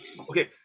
Okay